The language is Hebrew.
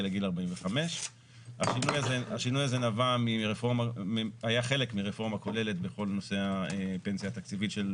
לגיל 45. השינוי הזה היה חלק מרפורמה כוללת בכל נושא הפנסיה התקציבית של